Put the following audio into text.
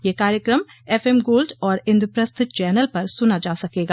यह कार्यक्रम F M Gold और इंद्रप्रस्थ चैनल पर सुना जा सकेगा